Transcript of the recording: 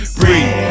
breathe